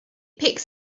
picks